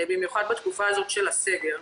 במיוחד בתקופת הסגר.